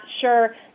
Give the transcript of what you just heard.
sure